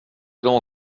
allons